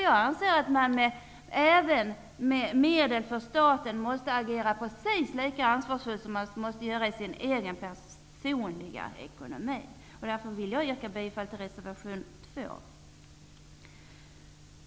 Jag anser att man måste agera precis lika ansvarsfullt med statens medel som med pengar i sin personliga ekonomi. Jag yrkar därför bifall till reservation 2.